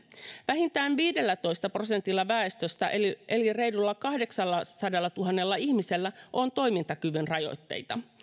vähintään viidellätoista prosentilla väestöstä eli eli reilulla kahdeksallasadallatuhannella ihmisellä on toimintakyvyn rajoitteita